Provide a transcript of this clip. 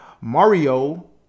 Mario